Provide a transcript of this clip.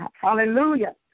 Hallelujah